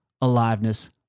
aliveness